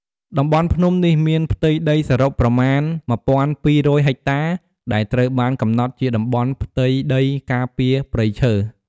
តំបន់ភ្នំនេះមានផ្ទៃដីសរុបប្រមាណ ១,២០០ ហិកតា ដែលត្រូវបានកំណត់ជាតំបន់ផ្ទៃដីការពារព្រៃឈើ។